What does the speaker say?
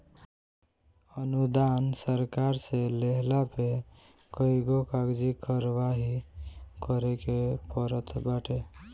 अनुदान सरकार से लेहला पे कईगो कागजी कारवाही करे के पड़त बाटे